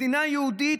במדינה יהודית,